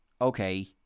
okay